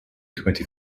twenty